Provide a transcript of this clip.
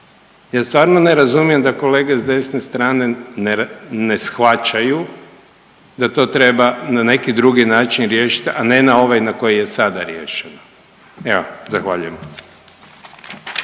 ja stvarno ne razumijem da kolege s desne strane ne shvaćaju da to treba na neki drugi način riješit, a ne na ovaj na koji je sada riješen. Evo, zahvaljujem.